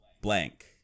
blank